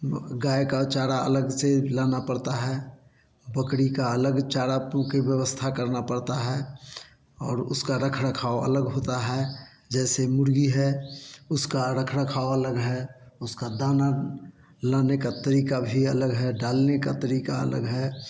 गाय का चारा अलग से लाना पड़ता है बकरी का अलग चारा का व्यवस्था करना पड़ता है और उसका रखरखाव अलग होता है जैसे मुर्गी है उसका रखरखाव अलग है उसका दाना लाने का तरीका भी अलग है डालने का तरीका अलग है